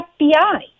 FBI